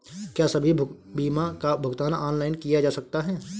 क्या सभी बीमा का भुगतान ऑनलाइन किया जा सकता है?